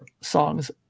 songs